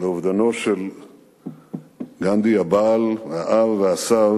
לאובדנו של גנדי הבעל, האב והסב